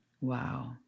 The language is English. Wow